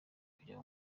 kujya